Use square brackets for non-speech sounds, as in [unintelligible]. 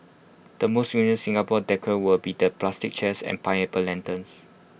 the most [unintelligible] Singapore decor will be the plastic chairs and pineapple lanterns